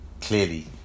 clearly